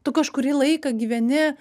tu kažkurį laiką gyveni